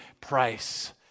price